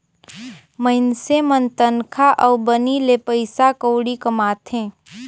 मइनसे मन तनखा अउ बनी ले पइसा कउड़ी कमाथें